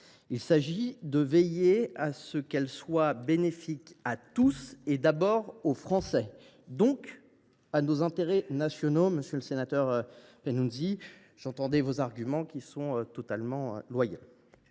Il s’agit de faire en sorte qu’elle soit bénéfique à tous, et d’abord aux Français, donc à nos intérêts nationaux, monsieur le sénateur Panunzi ; j’entendais vos arguments, qui sont totalement loyaux.